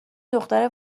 دختر